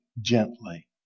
gently